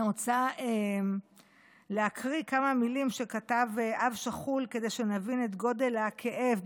אני רוצה להקריא כמה מילים שכתב אב שכול כדי שנבין את גודל הכאב.